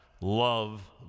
love